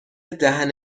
دهن